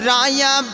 Raya